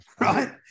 right